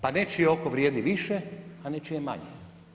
Pa nečije oko vrijedi više a nečije manje.